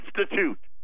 Institute